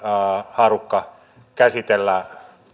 haarukka käsitellä